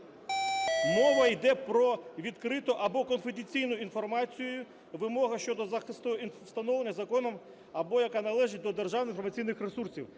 Мова йде про відкриту або конфіденційну інформацію, вимоги щодо захисту, встановлені законом, або яка належить до державно-інформаційних ресурсів.